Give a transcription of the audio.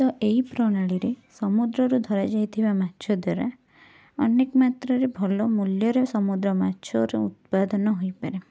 ତ ଏହି ପ୍ରଣାଳୀରେ ସମୁଦ୍ରରେ ଧରାଯାଇଥିବା ମାଛ ଦ୍ଵାରା ଅନେକ ମାତ୍ରାରେ ଭଲ ମୂଲ୍ୟର ସମୁଦ୍ର ମାଛର ଉତ୍ପାଦନ ହୋଇପାରେ